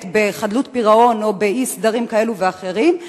בחדלות פירעון או באי-סדרים כאלה ואחרים,